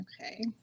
Okay